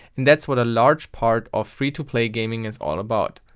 and that's what a large part of free-to-play gaming is all about.